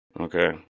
Okay